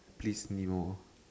please new hor